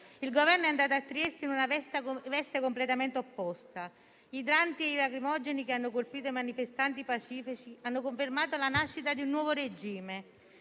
il Governo è andato a Trieste in una veste completamente opposta. Gli idranti e i lacrimogeni che hanno colpito i manifestanti pacifici hanno confermato la nascita di un nuovo regime.